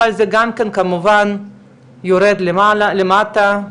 אבל זה גם כמובן יורד למטה.